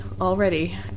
already